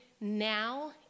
now